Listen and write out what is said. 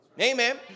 Amen